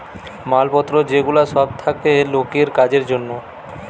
মাল পত্র যে গুলা সব থাকে লোকের কাজের জন্যে